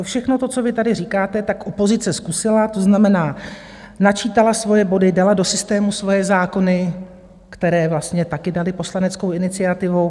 Všechno, co tady říkáte, opozice zkusila, to znamená, načítala svoje body, dala do systému svoje zákony, které vlastně taky byly poslaneckou iniciativou.